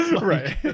right